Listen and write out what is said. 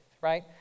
right